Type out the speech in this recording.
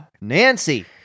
Nancy